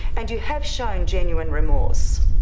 and you have shown genuine remorse.